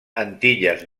antillas